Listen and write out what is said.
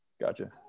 Gotcha